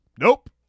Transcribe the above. Nope